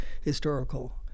historical